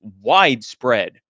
widespread